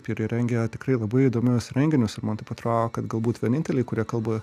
ir jie rengia tikrai labai įdomius renginius ir man taip atrodo kad galbūt vieninteliai kurie kalba